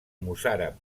mossàrab